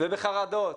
בחרדות,